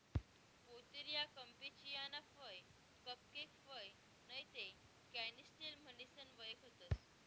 Pouteria campechiana फय cupcake फय नैते कॅनिस्टेल म्हणीसन वयखतंस